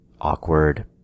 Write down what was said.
awkward